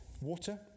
water